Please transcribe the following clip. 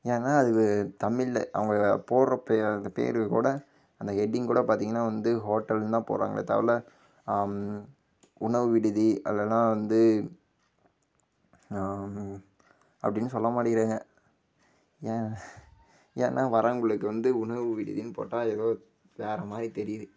ஏன்னா அதுக்கு தமிழ் அவங்க போறப்போ பேர் கூட அந்த ஹெட்டிங் கூட பார்த்திங்கனா வந்து ஹோட்டல்ன்னு தான் போடுறாங்களே தவிர உணவு விடுதி இல்லைனா வந்து அப்படின்னு சொல்ல மாட்டேங்குறாங்க ஏன் ஏன்னா வர்றவங்களுக்கு வந்து உணவு விடுதின்னு போட்டால் ஏதோ வேறமாதிரி தெரியுது